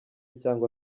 cyangwa